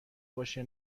باشه